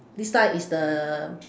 this type is the